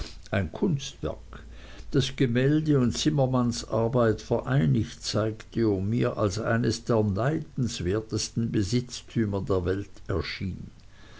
ein kunstwerk das gemälde und zimmermannsarbeit vereinigt zeigte und mir als eines der neidenswertesten besitztümer der welt erschien